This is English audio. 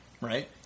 right